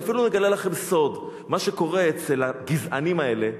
ואפילו אני אגלה לכם סוד: מה שקורה אצל הגזענים האלה,